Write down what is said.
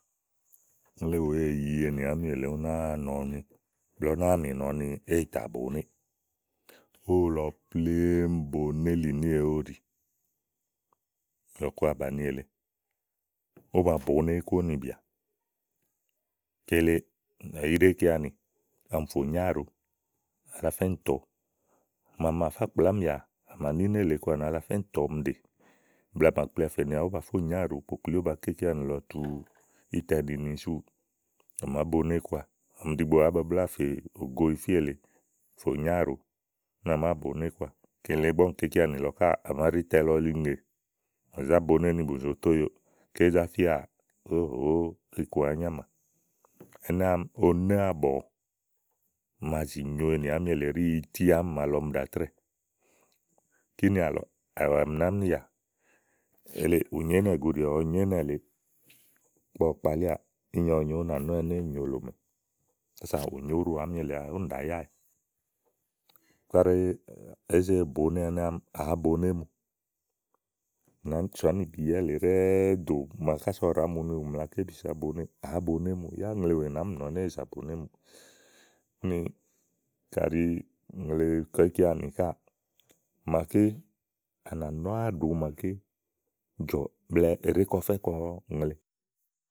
ùŋle wèe zàyi ènì àámi èle ú nàa nɔ ni blɛ̀ɛ ú náa mì nɔ ni éè tà bòonéè. ówo lɔ plémú bonélìníè ówo ɖi lɔ̀ku àbàni èle, ówó ba bòoné kɔówò nì bìà kele kayi ìí ɖe íkeanì, ɔmi fò nyo áàɖo alafá íìntɔ màaà mà fá kplàa ámìyà à mà nì nélèe kɔà ni alafá íìntɔ ɔmi ɖèè blɛ̀ɛ à mà kplià fènìà ówó bà fó nyòo áàɖo lɔ kpòkpli ówó bàá ke íkeanì lɔ ówó bà tú ítɛ nini súù à màá boné kɔ à ɔ̀mi ɖìigbo àá babláà fè fò go ifí èle fò nyo áàɖo ùni à màa bòoné kɔà kele ígbɔ úni kè íkeanì lɔ káà à màá ɖe ítɛ lɔ yili ŋè à mà zá boné kɔà ni bù zo to óyòo ké zá fíà óòhòóó iku àá nyamà ɛnɛ́ àámi onéàbɔ̀ màa zì nyo ènì àámi èle ɖí ití àámi màa lɔ ɔmi ɖàa trɛ́ɛ̀. kínì àlɔ ɔmi nì ámìya, ù nyo ínɛ̀guɖí, ɔ̀mi nyòo ínɛ̀ lèe. ígbɔ ɔwɔ kpalíà ínye ɔwɔ nyo, ú nà nɔwɛ ní éè nyòo Lòmè. kása ù nyo óɖò àámi èle úni ɖàa yáwɛ̀. kaɖi èé ze bòoné ɛnɛ́ àámì, àá boné mù màámi sò ánìbiìyɛ̀ lèe ɖɛ́ɛ́ ɖòó ɖo ɛnɛ́ màa ɔwɔ ɖàá mu ni ú ná mla mla ké zi zàa bòoné, àá boné mù yá ùŋle wèe nàá mì nɔ̀ɔ ni éè zàa bòoné mùù úni kàɖi ùŋle kɔ̀ɔ íkeanì káà màa ànà nɔ̀ áàɖo màaké jɔ̀, blɛ̀ɛ kaɖi è ɖèé ke ɔfɛ kɔ ùŋle.